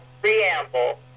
preamble